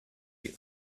you